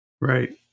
Right